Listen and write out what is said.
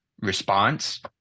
response